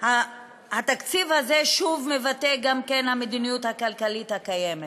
התקציב הזה שוב מבטא גם את המדיניות הכלכלית הקיימת.